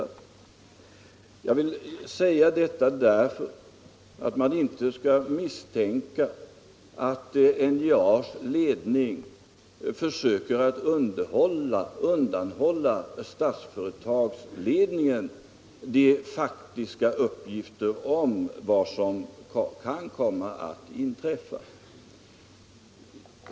Jag vill säga detta därför att man inte skall misstänka att NJA:s ledning försöker undanhålla Statsföretags ledning de faktiska uppgifterna om vad som kan komma att inträffa.